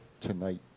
tonight